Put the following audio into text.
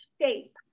shape